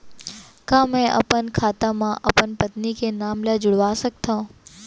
का मैं ह अपन खाता म अपन पत्नी के नाम ला जुड़वा सकथव?